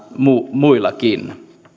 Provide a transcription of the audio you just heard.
muillakin